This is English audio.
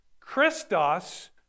Christos